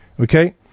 Okay